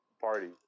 party